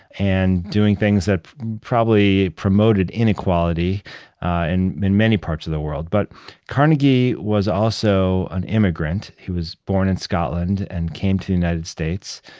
and doing things that probably promoted inequality and in many parts of the world. but carnegie was also an immigrant. he was born in scotland and came to the united states.